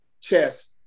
chess